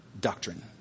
doctrine